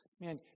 Man